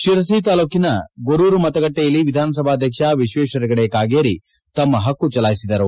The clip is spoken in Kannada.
ಶಿರಸಿ ತಾಲೂಕಿನ ಗೊರೂರು ಮತಗಟ್ಟೆಯಲ್ಲಿ ವಿಧಾನಸಭಾಧ್ವಕ್ಷ ವಿಶ್ವೇಶ್ವರ ಹೆಗಡೆ ಕಾಗೇರಿ ತಮ್ಮ ಪಕ್ಕು ಜಲಾಯಿಸಿದರು